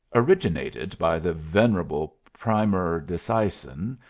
originated by the venerable primer disseisin,